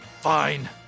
Fine